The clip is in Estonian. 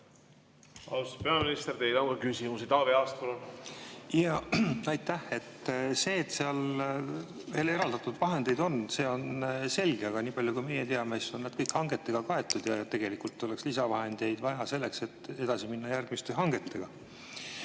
Austatud peaminister, teile on ka küsimusi. Taavi Aas, palun! Aitäh! See, et seal veel eraldatud vahendeid on, on selge. Aga niipalju kui meie teame, on nad kõik hangetega kaetud ja tegelikult oleks lisavahendeid vaja selleks, et edasi minna järgmiste hangetega.